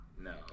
No